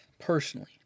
personally